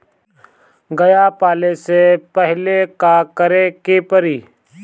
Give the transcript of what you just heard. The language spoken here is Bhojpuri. गया पाले से पहिले का करे के पारी?